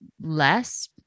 less